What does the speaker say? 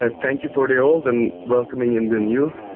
ah thank you for the old, and welcoming in the new.